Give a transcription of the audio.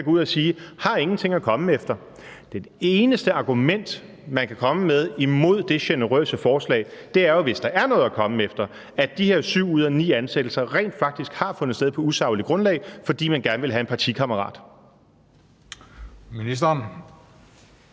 kan gå ud og sige: Her er ingenting at komme efter. Det eneste argument, man kan komme med, imod det generøse forslag er jo, hvis der er noget at komme efter, altså at de her syv ud af ni ansættelser rent faktisk har fundet sted på usagligt grundlag, fordi man gerne ville have en partikammerat.